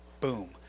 boom